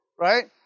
right